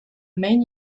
main